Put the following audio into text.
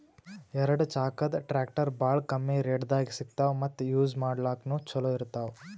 ಎರಡ ಚಾಕದ್ ಟ್ರ್ಯಾಕ್ಟರ್ ಭಾಳ್ ಕಮ್ಮಿ ರೇಟ್ದಾಗ್ ಸಿಗ್ತವ್ ಮತ್ತ್ ಯೂಜ್ ಮಾಡ್ಲಾಕ್ನು ಛಲೋ ಇರ್ತವ್